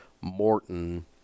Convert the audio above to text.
Morton